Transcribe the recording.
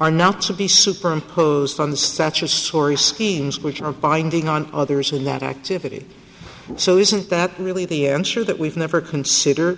are not to be superimposed on the statues story schemes which are binding on others in that activity so isn't that really the answer that we've never consider